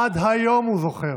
עד היום הוא זוכר.